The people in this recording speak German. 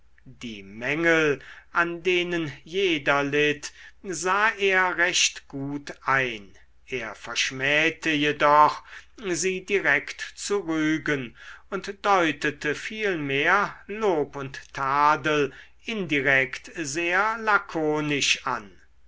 die mängel an denen jeder litt sah er recht gut ein er verschmähte jedoch sie direkt zu rügen und deutete vielmehr lob und tadel indirekt sehr lakonisch an